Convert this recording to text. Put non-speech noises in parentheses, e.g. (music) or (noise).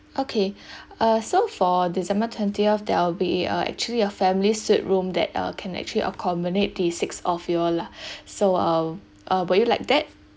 okay (breath) uh so for december twentieth there'll be uh actually a family suite room that uh can actually accommodate the six of you all lah (breath) so uh uh would you like that